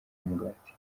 umugati